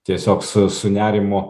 tiesiog su su nerimu